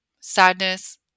sadness